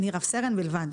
אני רס"ן בלבד.